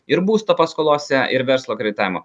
ir būsto paskolose ir verslo kreditavimo